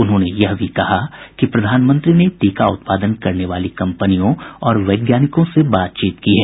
उन्होंने यह भी कहा कि प्रधानमंत्री ने टीका उत्पादन करने वाली कम्पनियों और वैज्ञानिकों से बातचीत की है